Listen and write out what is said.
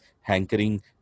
hankering